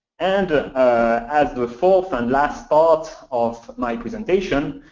and as the fourth and last part of my presentation,